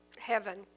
heaven